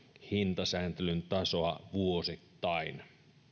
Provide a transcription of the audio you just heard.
hintasääntelyn tasoa vuosittain